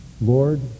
Lord